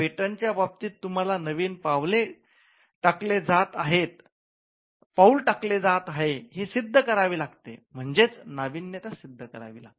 पेटंटच्या बाबतीत तुम्हाला नवीन पाऊल टाकले जात आहे हे सिद्ध करावे लागते म्हणजेच नाविन्यता सिद्ध करावी लागते